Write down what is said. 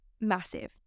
massive